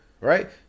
right